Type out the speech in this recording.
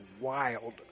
wild